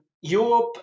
Europe